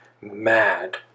mad